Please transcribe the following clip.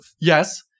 Yes